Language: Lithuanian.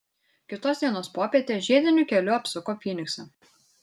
kitos dienos popietę žiediniu keliu apsuko fyniksą